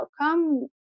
outcome